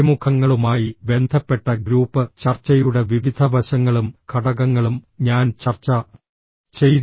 അഭിമുഖങ്ങളുമായി ബന്ധപ്പെട്ട ഗ്രൂപ്പ് ചർച്ചയുടെ വിവിധ വശങ്ങളും ഘടകങ്ങളും ഞാൻ ചർച്ച ചെയ്തു